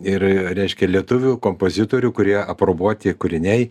ir reiškia lietuvių kompozitorių kurie aprobuoti kūriniai